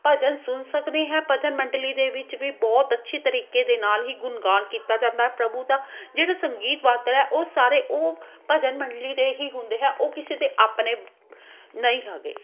ਭਜਨ ਸੁਣ ਸਕਦੇ ਹਾਂ ਭਜਨ ਮੰਡਲੀ ਦੇ ਵਿੱਚ ਵੀ ਬਹੁਤ ਅੱਛੀ ਤਰੀਕੇ ਦੇ ਨਾਲ ਹੀ ਗੁਣਗਾਨ ਕੀਤਾ ਜਾਂਦਾ ਪ੍ਰਭੂ ਦਾ ਜਿਹੜਾ ਸੰਗੀਤ ਹੈ ਉਹ ਸਾਰੇ ਉਹ ਭਜਨ ਮੰਡਲੀ ਦੇ ਹੀ ਹੁੰਦੇ ਹੈ ਉਹ ਕਿਸੇ ਦੇ ਆਪਣੇ ਨਹੀਂ ਹੈਗੇ